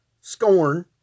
scorn